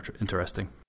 interesting